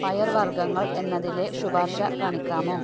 പയർവർഗ്ഗങ്ങൾ എന്നതിലെ ശുപാർശ കാണിക്കാമോ